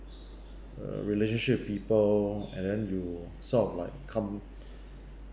uh relationship with people and then you sort of like come